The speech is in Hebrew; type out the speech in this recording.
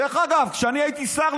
דרך אגב, אני הייתי שר.